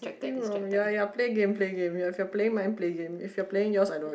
nothing wrong ya ya play game play game if you're playing mine play game if you're playing yours I don't really